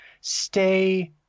stay